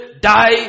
die